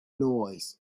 noise